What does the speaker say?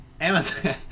Amazon